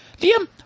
Liam